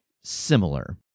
Similar